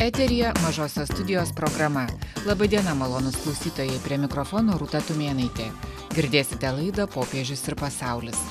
eteryje mažosios studijos programa laba diena malonūs klausytojai prie mikrofono rūta tumėnaitė girdėsite laida popiežius ir pasaulis